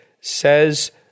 says